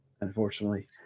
Unfortunately